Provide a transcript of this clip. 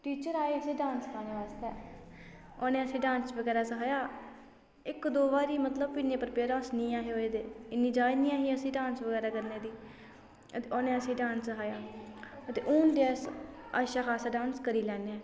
teacher आए असेंई dance सखाने वास्तै उनें असें डांस बगैरा सखाया इक दो बारी मतलब इन्ने प्रिपेयर अस नेईं ऐ हे होए दे इन्नी जाच नेईं ऐ ही असें डांस बगैरै करने दी ते उनें असेंई डांस सखाया ते हून ते अस अच्छा खासा डांस करी लैन्ने